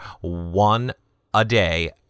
one-a-day